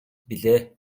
билээ